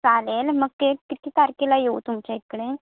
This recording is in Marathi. चालेल मग के किती तारखेला येऊ तुमच्या इकडे